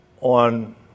on